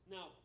Now